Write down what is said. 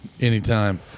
anytime